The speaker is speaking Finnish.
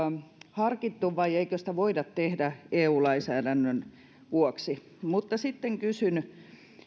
harkittu vai eikö sitä voida tehdä eu lainsäädännön vuoksi sitten kysyn